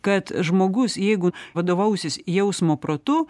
kad žmogus jeigu vadovausis jausmo protu